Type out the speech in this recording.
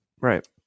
Right